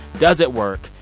does it work?